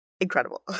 incredible